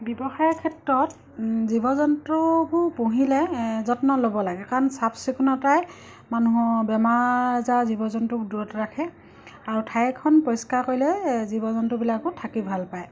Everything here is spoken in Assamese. ব্যৱসায়ৰ ক্ষেত্ৰত জীৱ জন্তুবোৰ পুহিলে যত্ন ল'ব লাগে কাৰণ চাফ চিকুণতাই মানুহ বেমাৰ আজাৰ জীৱ জন্তু দূৰত ৰাখে আৰু ঠাই এখন পৰিষ্কাৰ কৰিলে জীৱ জন্তুবিলাকো থাকি ভাল পায়